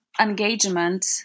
engagement